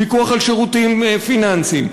פיקוח על שירותים פיננסיים,